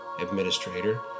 administrator